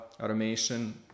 automation